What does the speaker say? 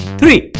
three